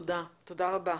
תודה רבה.